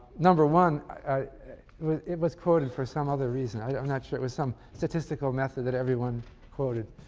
number one, i mean it was quoted for some other reason i'm not sure it was some statistical method that everyone quoted.